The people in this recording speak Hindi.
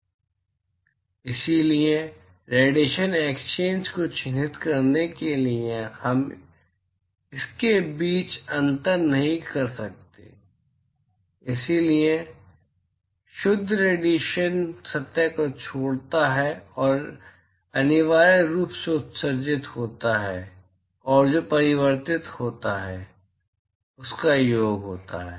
इसलिए इसलिए रेडिएशन एक्सचेंज को चिह्नित करने के लिए हम इसके बीच अंतर नहीं कर सकते हैं इसलिए जो भी शुद्ध रेडिएशन सतह को छोड़ता है वह अनिवार्य रूप से जो उत्सर्जित होता है और जो परावर्तित होता है उसका योग होता है